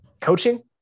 Coaching